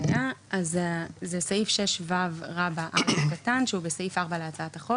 זה סעיף 6ו(א) שהוא בסעיף 4 להצעת החוק.